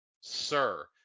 Sir